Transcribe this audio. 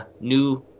new